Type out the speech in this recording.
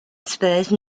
espèce